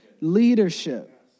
Leadership